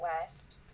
west